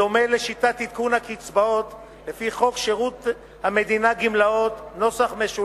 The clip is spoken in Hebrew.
בדומה לשיטת עדכון הקצבאות לפי חוק שירות המדינה (גמלאות) ,